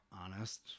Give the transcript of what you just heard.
honest